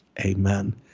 amen